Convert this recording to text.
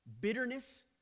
bitterness